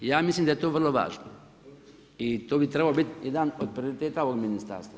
I ja mislim da je to vrlo važno i to bi trebao biti jedan od prioriteta ovog ministarstva.